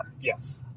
Yes